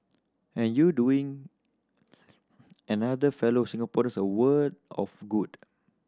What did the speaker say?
and you doing another fellow Singaporeans a world of good